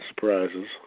surprises